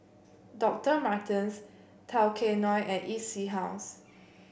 Doctor Martens Tao Kae Noi and E C House